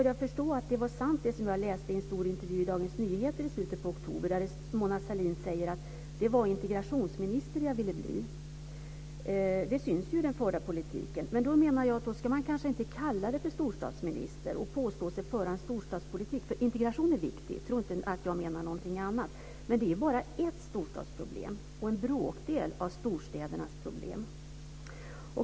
Jag förstår att det var sant det som jag läste i en stor intervju i Dagens Nyheter i slutet av oktober, där Mona Sahlin säger: Det var integrationsminister jag ville bli. Det syns i den förda politiken. Jag menar dock att man då inte ska använda benämningen storstadsminister och påstå sig föra en storstadspolitik. Integration är viktig - tro inte att jag menar någonting annat - men det är bara en storstadsfråga och en bråkdel av storstädernas problem.